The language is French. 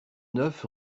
neuf